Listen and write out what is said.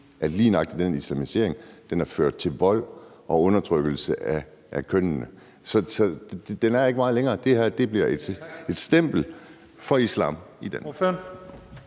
at lige nøjagtig den islamisering har ført til vold og undertrykkelse af kønnene. Den er ikke meget længere. Det her bliver et stempel for islam i Danmark.